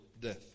death